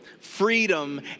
freedom